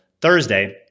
Thursday